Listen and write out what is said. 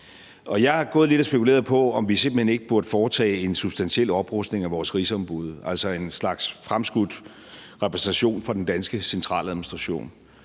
om vi simpelt hen ikke burde foretage en substantiel oprustning af vores rigsombud, altså en slags fremskudt repræsentation for den danske centraladministration.